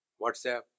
WhatsApp